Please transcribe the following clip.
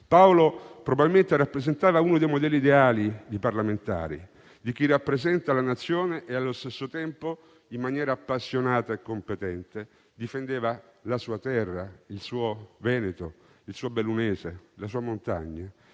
Paolo probabilmente rappresenta uno dei modelli ideali di parlamentare, di chi rappresenta la nazione e allo stesso tempo in maniera appassionata e competente difendeva la sua terra, il suo Veneto, il suo Bellunese, la sua montagna,